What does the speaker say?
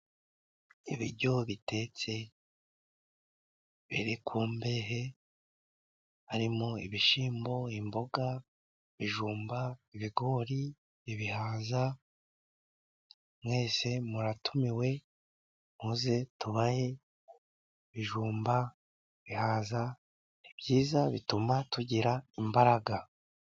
Ibiryo bitetse biri ku mbehe harimo: ibishyimbo, imboga, ibijumba, ibigori, ibihaza, mwese muratumiwe muze tubahe ibijumba, bihaza, ni byiza bituma tugira imbaraga.